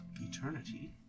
eternity